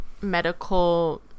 medical